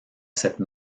cette